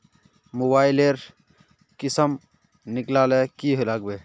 Mobile लेर किसम निकलाले की लागबे?